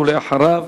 אחריו,